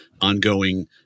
ongoing